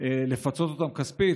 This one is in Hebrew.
לפצות אותם כספית.